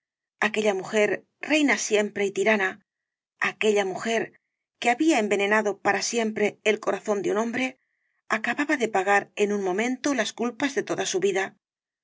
aquella mujer reina siempre y tirana aquella mujer que había envenenado para siempre el corazón de un hombre acababa de pagar en un momento las culpas de toda su vida